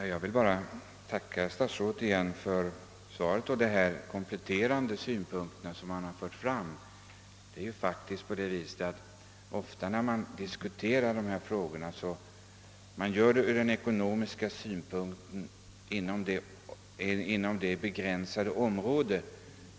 Herr talman! Jag vill tacka statsrådet igen för svaret samt de kompletterande synpunkter som han nu har fört fram. Ofta när man diskuterar dessa frågor ser man dem bara från ekonomisk synpunkt och inom begränsade områden.